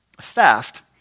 theft